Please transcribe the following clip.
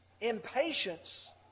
Impatience